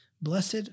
blessed